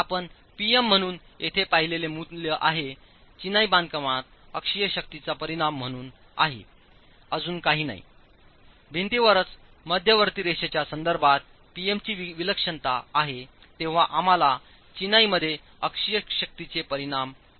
आपण P M म्हणून येथे पाहिलेले मूल्य हे चिनाई बांधकामात अक्षीय शक्तीचा परिणाम म्हणून आहे अजून काही नाहीभिंतीवरच मध्यवर्ती रेषेच्या संदर्भात पीएमची विलक्षणता आहे तेव्हा आम्हाला चिनाईमध्ये अक्षीय शक्तीचे परिणाम आहेत